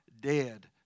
dead